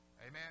Amen